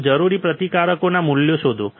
તો જરૂરી પ્રતિકારકોના મૂલ્યો શોધો